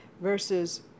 versus